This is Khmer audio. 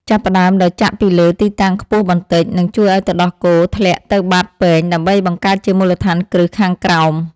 ចាប់ផ្តើមដោយចាក់ពីលើទីតាំងខ្ពស់បន្តិច នឹងជួយឱ្យទឹកដោះគោធ្លាក់ទៅបាតពែងដើម្បីបង្កើតជាមូលដ្ឋានគ្រឹះខាងក្រោម។